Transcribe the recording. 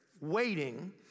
waiting